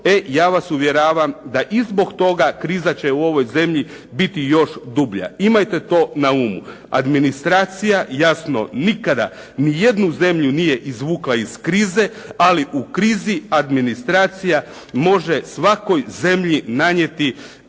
e ja vas uvjeravam da i zbog toga kriza će u ovoj zemlji biti još dublja. Imajte to na umu. Administracija jasno nikada ni jednu zemlju nije izvukla iz krize, ali u krizi administracija može svakoj zemlji nanijeti